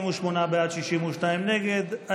47 בעד, 62 נגד.